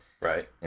right